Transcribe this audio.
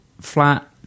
flat